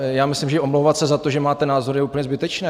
Já myslím, že omlouvat se za to, že máte názor, je úplně zbytečné.